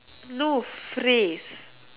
no phrase